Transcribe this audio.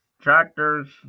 tractors